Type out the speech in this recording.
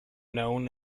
known